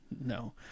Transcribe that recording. No